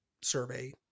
survey